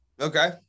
Okay